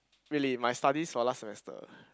really my studies for last semester